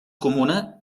comuna